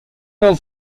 não